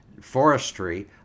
forestry